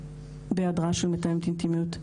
בהעדרה של מתאמת אינטימיות.